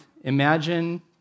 imagine